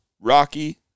Rocky